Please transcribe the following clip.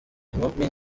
inkumi